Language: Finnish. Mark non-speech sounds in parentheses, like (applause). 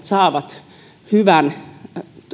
(unintelligible) saavat hyvän